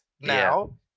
now